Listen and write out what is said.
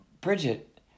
Bridget